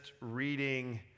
reading